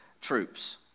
troops